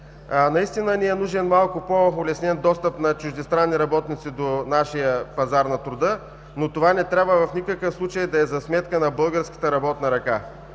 Наистина ни е нужен по-улеснен достъп на чуждестранни работници до нашия пазар на труда, но това не трябва в никакъв случай да е за сметка на българската работна ръка.